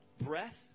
Breath